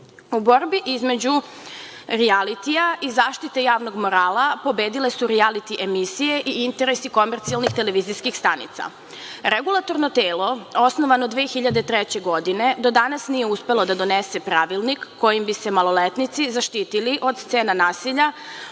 U borbi između rijalitlija i zaštite javnog morala pobedile su rijaliti emisije i interesi komercijalnih televizijskih stanica. Regulatorno telo, osnovano 2003. godine, do danas nije uspelo da donese pravilnik kojim bi se maloletnici zaštitili od scena nasilja,